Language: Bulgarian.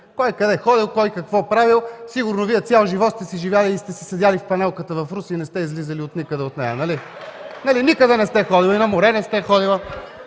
кой къде ходил, кой какво правил. Сигурно Вие цял живот сте си живели и сте си седели в панелката в Русе – не сте излизали никъде от нея. Нали? Никъде не сте ходили, и на море не сте ходили.